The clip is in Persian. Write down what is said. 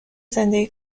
زنده